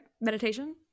Meditation